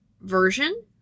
version